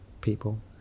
people